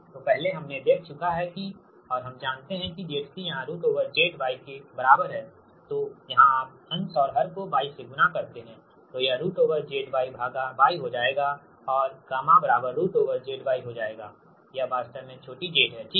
तो पहले हमने देख चुका है की और हम जानते है की ZC यहाँ रुट ओवर ZY के बराबर है तो यहाँ आप अंश और हर को Y से गुणा करते है तो यह रुट ओवर ZY भागा Y हो जाएगा और गामा बराबर रुट ओवर ZY हो जाएगा यह वास्तव में छोटी z है ठीक